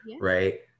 right